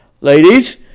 Ladies